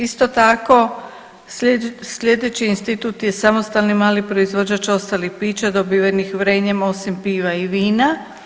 Isto tako slijedeći institut je samostalni mali proizvođač ostalih pića dobivenih vrenjem osim piva i vina.